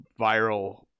viral